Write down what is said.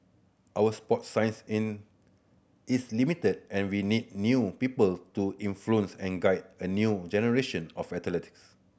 our sports science in is limited and we need new people to influence and guide a new generation of athletes